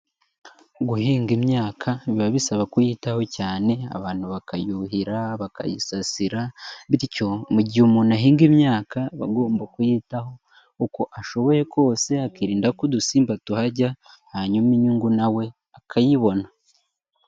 Guhinga imyaka biba bisaba kuyitaho cyane, abantu bakayuhira, bakayisasira, bityo mu gihe umuntu ahinga imyaka, aba agomba kuyitaho uko ashoboye kose, akirinda ko udusimba tuhajya, hanyuma inyungu na we akayibona.